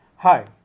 Hi